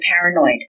Paranoid